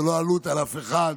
זו לא עלות על אף אחד.